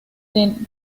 tiene